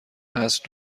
عصر